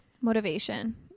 Motivation